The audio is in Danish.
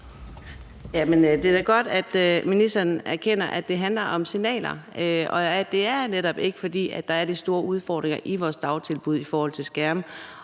Det er da godt, at ministeren erkender, at det handler om signaler – og at det netop ikke er, fordi der er de store udfordringer i vores dagtilbud i forhold til skærme